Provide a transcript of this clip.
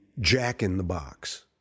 jack-in-the-box